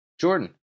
Jordan